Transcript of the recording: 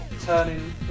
turning